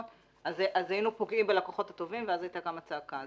אז היינו פוגעים בלקוחות הטובים ואז היתה קמה צעקה.